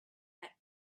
that